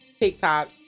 TikTok